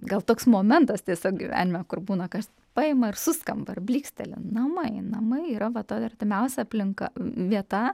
gal toks momentas tiesiog gyvenime kur būna kas paima ir suskamba ar blyksteli namai namai yra va ta artimiausia aplinka vieta